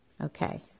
Okay